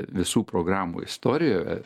visų programų istorijoje